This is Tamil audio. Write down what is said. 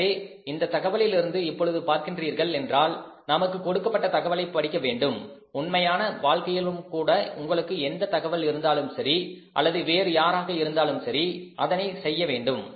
எனவே இந்த தகவலில் இருந்து இப்பொழுது பார்க்கின்றீர்கள் என்றால் நமக்கு கொடுக்கப்பட்ட தகவலை படிக்க வேண்டும் உண்மையான வாழ்க்கையிலும் கூட உங்களுக்கு எந்த தகவல் இருந்தாலும் சரி அல்லது வேறு யாராக இருந்தாலும் சரி அதனை செய்ய வேண்டும்